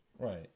Right